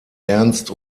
ernst